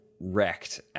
wrecked